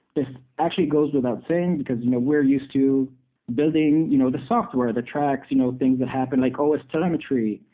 this actually goes without saying, because you know we're used to building you know the software, the tracks, you know things that happen like os telemetry,